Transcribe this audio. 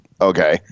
okay